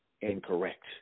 incorrect